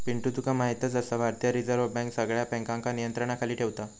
पिंटू तुका म्हायतच आसा, भारतीय रिझर्व बँक सगळ्या बँकांका नियंत्रणाखाली ठेवता